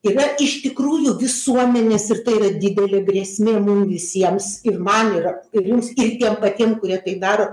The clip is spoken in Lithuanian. yra iš tikrųjų visuomenės ir tai yra didelė grėsmė mum visiems ir man yra ir jums ir tiem patiem kurie tai daro